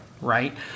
right